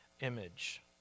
image